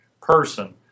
person